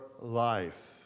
life